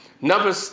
Number